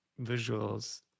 visuals